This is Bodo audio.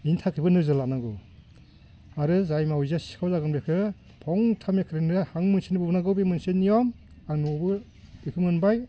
बिनि थाखायबो नोजोर लानांगौ आरो जाय मावजिया सिखाव जागोन बेखौ फंथाम एखेराहायैनो हां मोनसेनो बुनांगौ बे मोनसे नियम आं न'आवबो बेखौ मोनबाय